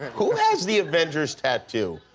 who has the avengers tattoo?